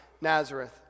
Nazareth